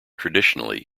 traditionally